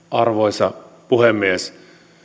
arvoisa puhemies